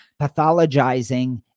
pathologizing